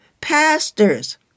pastors